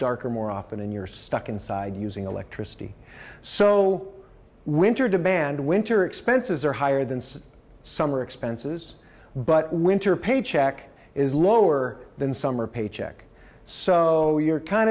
darker more often and you're stuck inside using electricity so winter demand winter expenses are higher than summer expenses but winter paycheck is lower than summer paycheck so you're kind